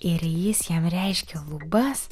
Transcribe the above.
ir jis jam reiškia lubas